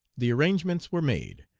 the arrangements were made,